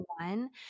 one